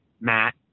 Matt